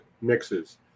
mixes